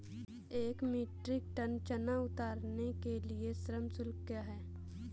एक metric ton चना उतारने के लिए श्रम शुल्क क्या है?